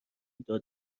داد